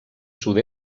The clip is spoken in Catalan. sud